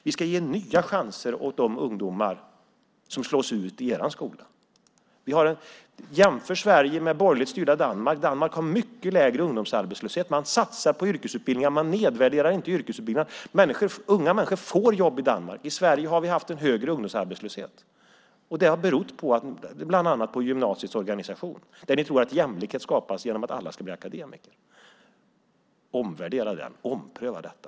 Vi ska ge de ungdomar som slås ut i er skola nya chanser. Jämför Sverige med borgerligt styrda Danmark! Danmark har en mycket lägre ungdomsarbetslöshet. Man satsar på yrkesutbildningar. Man nedvärderar inte yrkesutbildningar. Unga människor får jobb i Danmark. I Sverige har vi haft en högre ungdomsarbetslöshet. Det har berott bland annat på gymnasiets organisation - ni tror ju att jämlikhet skapas genom att alla ska bli akademiker. Omvärdera den och ompröva detta!